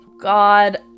God